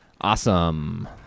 Awesome